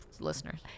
listeners